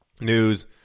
News